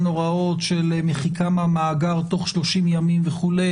הוראות של מחיקה מהמאגר תוך 30 ימים וכו',